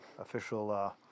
official